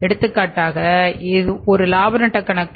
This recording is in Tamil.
எடுத்துக்காட்டாக இது ஒரு இலாப நட்ட கணக்கு